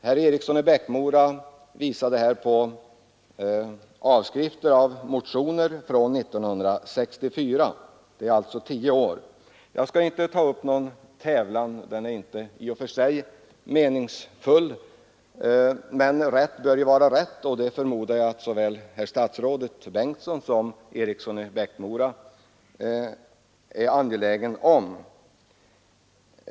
Herr Eriksson i Arvika visade på avskrifter av motioner från 1964, alltså tio år gamla. Jag skall inte ta upp någon tävlan. Den är inte i och för sig meningsfull, men rätt bör vara rätt, och det förmodar jag att såväl herr statsrådet Bengtsson som herr Eriksson i Arvika är angelägna om.